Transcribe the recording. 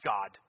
God